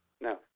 No